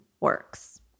works